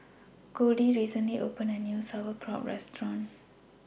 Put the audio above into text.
Goldie recently opened A New Sauerkraut Restaurant